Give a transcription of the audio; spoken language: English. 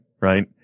Right